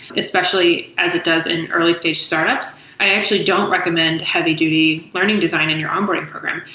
especially as it does in early stage startups, i actually don't recommend heavy duty learning design in your onboarding program.